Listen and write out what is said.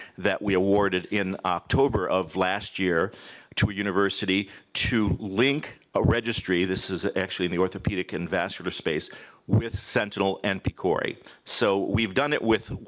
that we awarded in october of last year to a university to link a registry this is ah actually the orthopedic and vascular space with sentinel and pcori. so we've done it with,